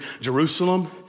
Jerusalem